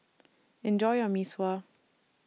Enjoy your Mee Sua